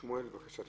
שמואל, בבקשה.